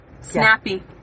Snappy